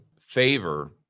favor